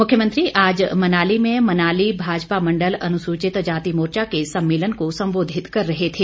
मुख्यमंत्री आज मनाली में मनाली भाजपा मंडल अनुसूचित जाति मोर्चा के सम्मेलन को संबोधित कर रहे थे